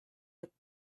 looked